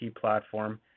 platform